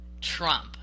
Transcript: Trump